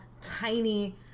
tiny